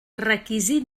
requisit